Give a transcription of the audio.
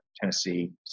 Tennessee